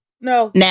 No